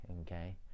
okay